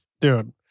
Dude